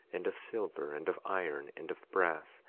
and of silver, and of iron, and of brass,